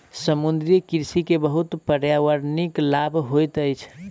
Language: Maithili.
समुद्रीय कृषि के बहुत पर्यावरणिक लाभ होइत अछि